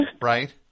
right